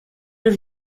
have